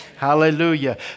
Hallelujah